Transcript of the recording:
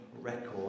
record